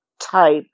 type